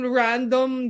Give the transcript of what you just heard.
random